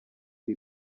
the